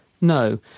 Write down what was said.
No